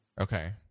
Okay